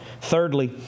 Thirdly